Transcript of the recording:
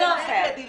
זה לא פייר.